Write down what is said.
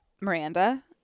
Miranda